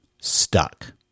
stuck